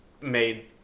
made